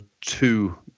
two